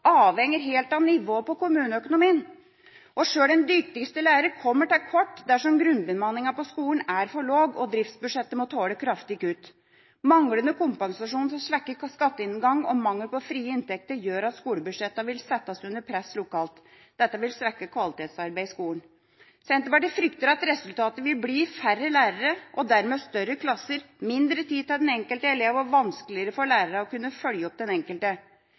avhenger helt av nivået på kommuneøkonomien. Sjøl den dyktigste lærer kommer til kort dersom grunnbemanninga på skolen er for lav og driftsbudsjettet må tåle kraftige kutt. Manglende kompensasjon for svekket skatteinngang og mangel på frie inntekter gjør at skolebudsjettet vil settes under press lokalt. Dette vil strekke kvalitetsarbeidet i skolen. Senterpartiet frykter at resultatet vil bli færre lærere og dermed større klasser, mindre tid til den enkelte elev og vanskeligere for lærerne å kunne følge opp den enkelte.